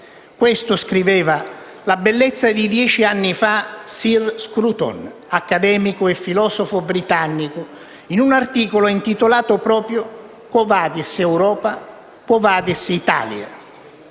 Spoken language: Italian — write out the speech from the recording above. Questo scriveva, la bellezza di dieci anni fa, sir Roger Scruton, accademico e filosofo britannico, in un articolo intitolato proprio «*Quo vadis, Europa? Quo vadis, Italia?*».